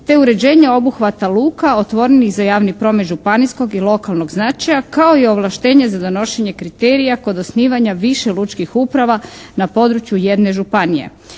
te uređenje obuhvata luka otvorenih za javni promet županijskog i lokalnog značaja kao i ovlaštenje za donošenje kriterija kod osnivanja više lučkih uprava na području jedne županije